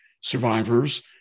survivors